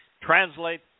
Translate